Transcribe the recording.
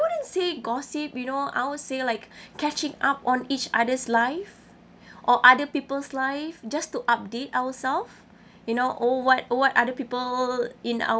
wouldn't say gossip you know I would say like catching up on each other's life or other people's life just to update ourself you know or what or what other people in our